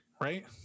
right